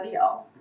else